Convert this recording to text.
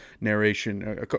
narration